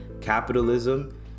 capitalism